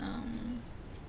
um